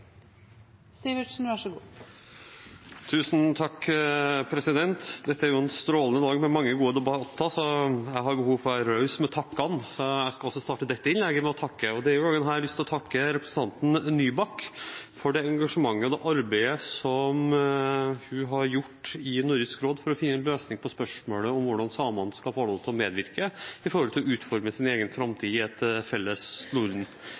Dette er en strålende dag, med mange gode debatter. Jeg har behov for å være raus med takken, så jeg skal også starte dette innlegget med å takke. Denne gangen har jeg lyst til å takke representanten Nybakk for det engasjementet og det arbeidet hun har gjort i Nordisk råd for å finne en løsning på spørsmålet om hvordan samene skal få lov til å medvirke til å utforme sin egen framtid i et felles Norden.